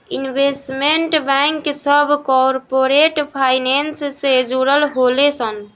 investment bank सभ corporate finance से जुड़ल होले सन